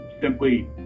simply